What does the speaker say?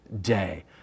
day